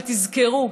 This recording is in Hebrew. אבל תזכרו,